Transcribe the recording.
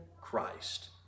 Christ